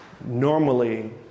normally